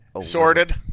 sorted